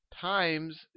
times